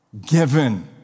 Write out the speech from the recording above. given